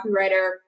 copywriter